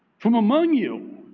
from among you